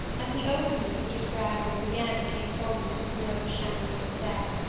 as he opened it mr. spragg rose again and came forward with his slow shambling step.